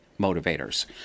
motivators